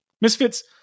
Misfits